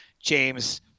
James